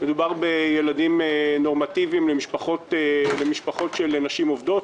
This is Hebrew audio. מדובר בילדים נורמטיביים למשפחות עובדות.